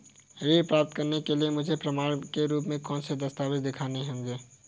ऋण प्राप्त करने के लिए मुझे प्रमाण के रूप में कौन से दस्तावेज़ दिखाने होंगे?